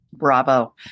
Bravo